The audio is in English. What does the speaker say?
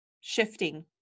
shifting